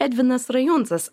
edvinas rajuncas